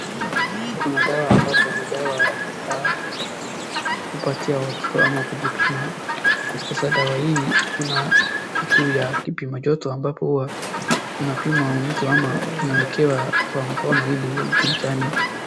Kuna dawa ambapo ni dawa ya kupatia watoto ama kujipima, sasa dawa hii kuna kitu ya kipima joto ambapo huwa unapima mtu ama unawekewa kwa mkono ili ujulikane.